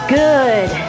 good